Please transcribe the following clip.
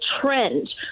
trend